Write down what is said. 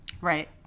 Right